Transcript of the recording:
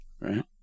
right